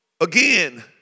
again